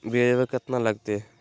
ब्यजवा केतना लगते?